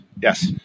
Yes